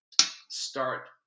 start